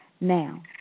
Now